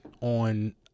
on